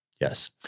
Yes